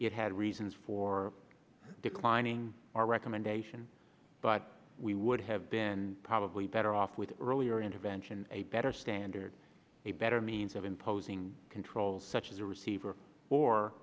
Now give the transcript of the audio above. it had reasons for declining our recommendation but we would have been probably better off with earlier intervention a better standard a better means of imposing control such as a receiver or